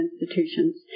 institutions